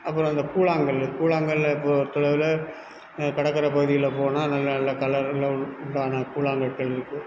அப்பறம் அந்த கூழாங்கல்லு கூழாங்கல்ல பொறுத்தளவில் கடற்கரை பகுதிகளில் போனால் நல்ல நல்ல கலரில் உண்டான கூழாங்கற்கள் இருக்கும்